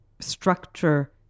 structure